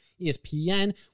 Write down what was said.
ESPN